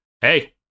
hey